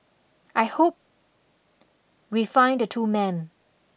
I hope we find the two men